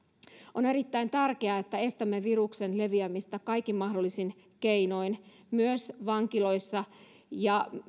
on erittäin tärkeää että estämme viruksen leviämistä kaikin mahdollisin keinoin myös vankiloissa